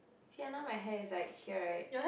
see ah now my hair is like here right